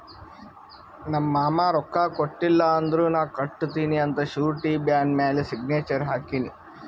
ನಮ್ ಮಾಮಾ ರೊಕ್ಕಾ ಕೊಟ್ಟಿಲ್ಲ ಅಂದುರ್ ನಾ ಕಟ್ಟತ್ತಿನಿ ಅಂತ್ ಶುರಿಟಿ ಬಾಂಡ್ ಮ್ಯಾಲ ಸಿಗ್ನೇಚರ್ ಹಾಕಿನಿ